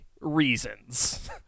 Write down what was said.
reasons